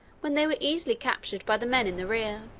when they were easily captured by the men in the rear.